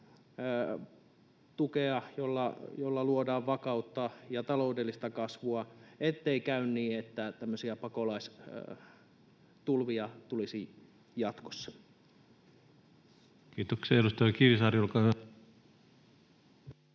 tukea, jolla luodaan vakautta ja taloudellista kasvua, ettei käy niin, että tämmöisiä pakolaistulvia tulisi jatkossa. Kiitoksia. — Edustaja Kivisaari, olkaa hyvä.